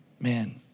Man